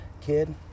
kid